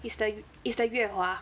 is the is the 裕華